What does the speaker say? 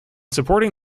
supporting